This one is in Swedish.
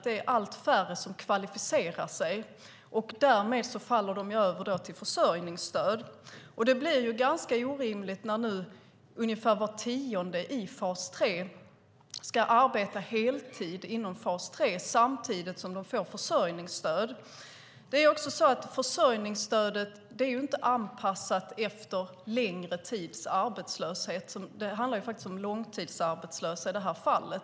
Det är allt färre som kvalificerar sig, och därmed faller de över till försörjningsstöd. Det blir ganska orimligt när ungefär var tionde i fas 3 nu ska arbeta heltid inom fas 3 samtidigt som de får försörjningsstöd. Försörjningsstödet är inte anpassat efter längre tids arbetslöshet. Det handlar om långtidsarbetslösa i detta fall.